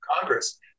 Congress